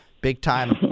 big-time